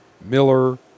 Miller